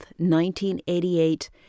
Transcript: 1988